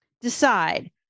Decide